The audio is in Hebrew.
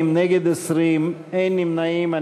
בעד, 40, נגד, 20, אין נמנעים.